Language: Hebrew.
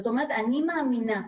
אני מאמינה,